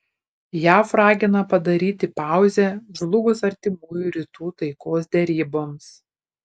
jav ragina padaryti pauzę žlugus artimųjų rytų taikos deryboms